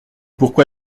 pourquoi